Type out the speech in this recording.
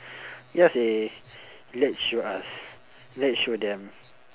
ya seh let's show us let's show them